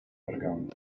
wargami